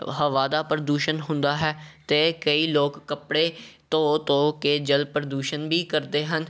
ਹਵਾ ਦਾ ਪ੍ਰਦੂਸ਼ਣ ਹੁੰਦਾ ਹੈ ਅਤੇ ਕਈ ਲੋਕ ਕੱਪੜੇ ਧੋ ਧੋ ਕੇ ਜਲ ਪ੍ਰਦੂਸ਼ਣ ਵੀ ਕਰਦੇ ਹਨ